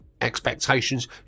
expectations